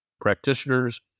practitioners